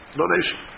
donation